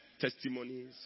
testimonies